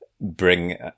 bring